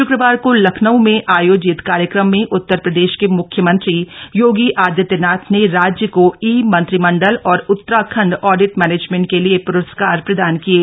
शुक्रवार को लखनऊ में आयोजित कार्यक्रम में उत्तर प्रदेश के म्ख्यमंत्री योगी आदित्यनाथ ने राज्य को ई मंत्रीमंडल और उतराखण्ड ऑडिट मैनेजमेंट के लिये प्रस्कार प्रदान किये